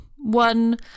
One